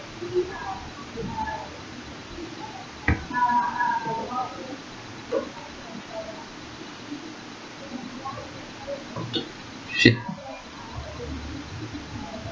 ship